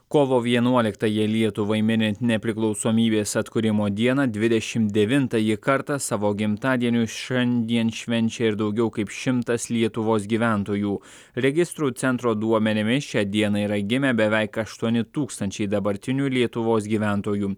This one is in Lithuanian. kovo vienuoliktąją lietuvai minint nepriklausomybės atkūrimo dieną dvidešim devintąjį kartą savo gimtadienius šiandien švenčia ir daugiau kaip šimtas lietuvos gyventojų registrų centro duomenimis šią dieną yra gimę beveik aštuoni tūkstančiai dabartinių lietuvos gyventojų